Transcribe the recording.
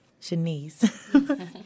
Shanice